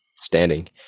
standing